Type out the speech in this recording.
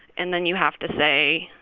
and then you have to say,